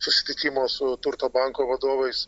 susitikimo su turto banko vadovais